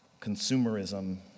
consumerism